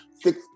six